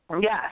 Yes